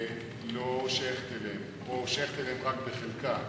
לא בהכרח שייכת אליהם או שייכת אליהם רק בחלקה,